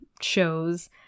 shows